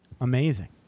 Amazing